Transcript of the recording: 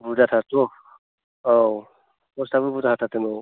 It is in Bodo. बुरजाथारथ' औ पस्तआबो बुरजा होथारदों औ